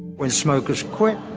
when smokers quit,